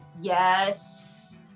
yes